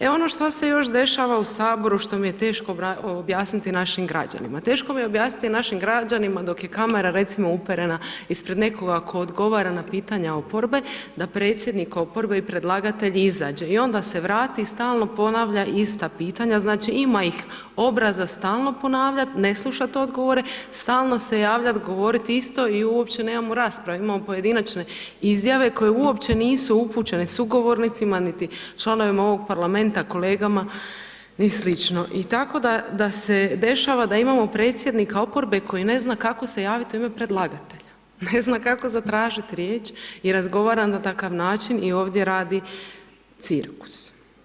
E, ono što se još dešava u HS što mi je teško objasniti našim građanima, teško mi je objasniti našim građanima dok je kamera, recimo, uperena ispred nekoga tko odgovara na pitanje oporbe, da predsjednik oporbe i predlagatelj izađe i onda se vrati i stalno ponavlja ista pitanja, znači, ima ih obraza stalno ponavljat, ne slušat odgovore, stalno se javljat, govorit isto i uopće nemamo rasprave, imamo pojedinačne izjave koje uopće nisu upućene sugovornicima, niti članovima ovog parlamenta, kolegama, ni sl. i tako da se dešava da imamo predsjednika oporbe koji ne zna kako se javit u ime predlagatelja, ne zna kako zatražit riječ i razgovara na takav način i ovdje radi cirkus.